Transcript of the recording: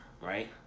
right